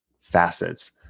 facets